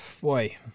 boy